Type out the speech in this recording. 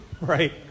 Right